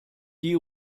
die